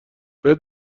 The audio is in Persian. باید